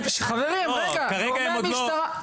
כרגע עוד לא עצרו אף אחד.